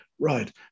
Right